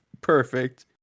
perfect